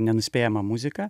nenuspėjamą muziką